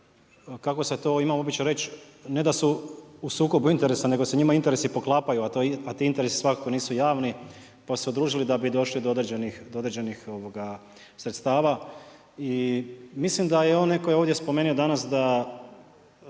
kako se to ima običaj reći ne da su u sukobu interesa nego se njima interesi poklapaju, a ti interesi svakako nisu javni pa su se udružili da bi došli do određenih sredstava. I mislim da je onaj tko je ovdje spomenuo danas da